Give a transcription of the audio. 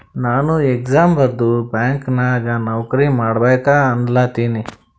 ನಾನು ಎಕ್ಸಾಮ್ ಬರ್ದು ಬ್ಯಾಂಕ್ ನಾಗ್ ನೌಕರಿ ಮಾಡ್ಬೇಕ ಅನ್ಲತಿನ